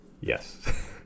yes